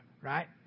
right